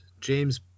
James